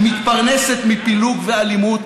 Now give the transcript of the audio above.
היא מתפרנסת מפילוג ואלימות.